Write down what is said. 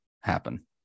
happen